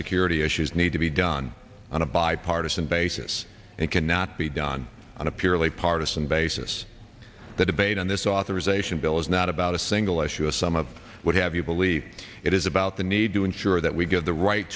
security issues need to be done on a bipartisan basis and it cannot be done on a purely partisan basis the debate on this authorization bill is not about a single issue a sum of what have you believe it is about the need to ensure that we give the right